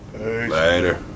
Later